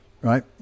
right